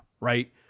right